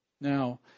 Now